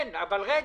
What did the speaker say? כן, אבל רגע.